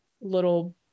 little